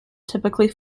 typically